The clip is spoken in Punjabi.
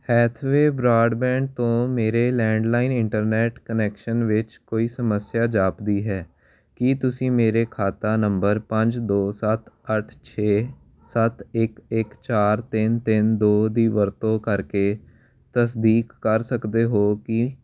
ਹੈਥਵੇ ਬਰਾਡਬੈਂਡ ਤੋਂ ਮੇਰੇ ਲੈਂਡਲਾਈਨ ਇੰਟਰਨੈੱਟ ਕੁਨੈਕਸ਼ਨ ਵਿੱਚ ਕੋਈ ਸਮੱਸਿਆ ਜਾਪਦੀ ਹੈ ਕੀ ਤੁਸੀਂ ਮੇਰੇ ਖਾਤਾ ਨੰਬਰ ਪੰਜ ਦੋ ਸੱਤ ਅੱਠ ਛੇ ਸੱਤ ਇੱਕ ਇੱਕ ਚਾਰ ਤਿੰਨ ਤਿੰਨ ਦੋ ਦੀ ਵਰਤੋਂ ਕਰਕੇ ਤਸਦੀਕ ਕਰ ਸਕਦੇ ਹੋ ਕਿ